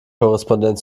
korrespondent